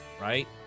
right